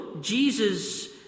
Jesus